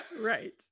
right